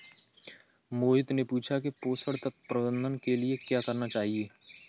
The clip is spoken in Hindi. मोहित ने पूछा कि पोषण तत्व प्रबंधन के लिए क्या करना चाहिए?